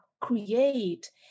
create